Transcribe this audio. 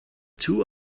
two